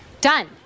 Done